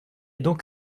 donc